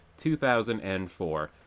2004